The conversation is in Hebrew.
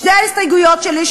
שתי ההסתייגויות שלי,